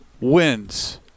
wins